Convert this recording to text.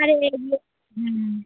আরে এগুলো হুম